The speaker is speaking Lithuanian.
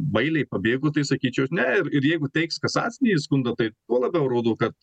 bailiai pabėgo tai sakyčiau ne ir ir jeigu teiks kasacinį skundą tai tuo labiau rodo kad